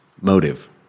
motive